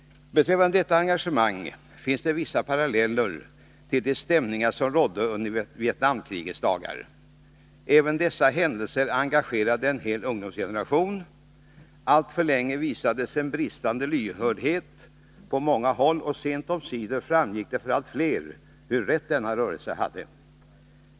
Beträffande detta engagemang finns det vissa paralleller till de stämningar som rådde under Vietnamkrigets dagar. Även dessa händelser engagerade en hel ungdomsgeneration. Alltför länge visades en bristande lyhördhet på många håll, och sent omsider framgick det för allt fler hur rätt denna rörelse hade.